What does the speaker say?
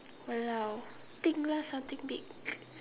!walao! think lah something big